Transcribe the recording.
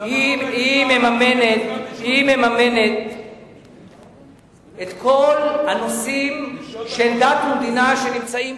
היא מממנת את כל הנושאים של דת ומדינה כאן בארץ,